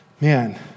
man